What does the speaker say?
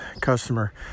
customer